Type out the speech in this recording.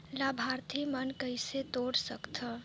लाभार्थी मन ल कइसे जोड़ सकथव?